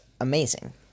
amazing